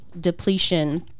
depletion